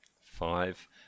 Five